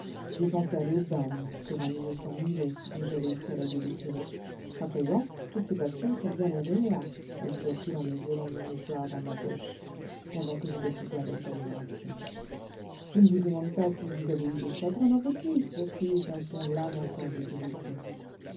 j'ai pensé aller au bagne pour un innocent mulet dont j'avais escaladé l'écurie à présent toutes ces passions sont bien loin de moi ajouta-t-il en me volant mon mouchoir dans ma poche pendant que je l'écoutais avec admiration je ne vous demande pas si vous avez eu des chagrins dans votre vie repris-je d'un ton lamentable et pénétré